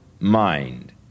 mind